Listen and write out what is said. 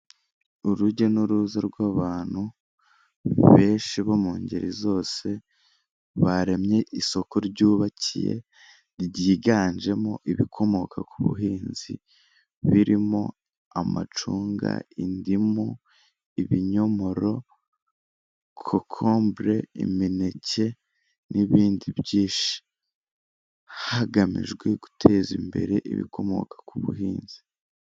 Urujya n'uruza rw'abantu benshi bo mu ngeri zose baremye isoko ryubakiye ryiganjemo ibikomoka ku buhinzi birimo amacunga, indimu, ibinyomoro, kokombure, imineke n'ibindi byinshi hagamijwe guteza imbere ibikomoka ku buhinzi